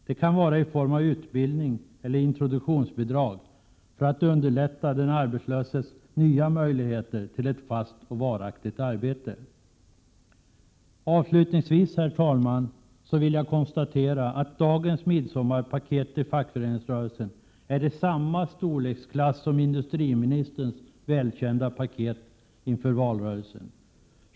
Det kan vara i form av utbildning eller introduktionsbidrag för att underlätta den arbetslöses nya möjligheter till ett fast och varaktigt arbete. Avslutningsvis vill jag konstatera att dagens midsommarpaket till fackföreningsrörelsen är i samma storleksklass som industriministerns välkända ”paket” inför valrörelsen.